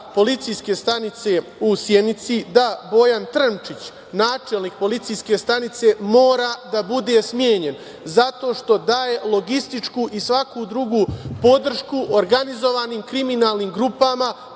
Policijske stanice u Sjenici i da Bojan Trnčić, načelnik Policijske stanice, mora da bude smenjen zato što daje logističku i svaku drugu podršku organizovanim kriminalnim grupama,